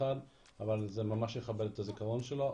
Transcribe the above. אבל זה ממש יכבד את הזיכרון שלו.